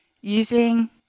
using